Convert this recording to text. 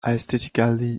aesthetically